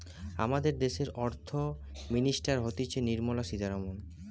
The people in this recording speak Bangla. আমাদের দ্যাশের অর্থ মিনিস্টার হতিছে নির্মলা সীতারামন